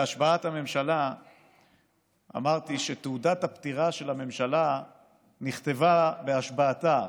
בהשבעת הממשלה אמרתי שתעודת הפטירה של הממשלה נכתבה בהשבעתה,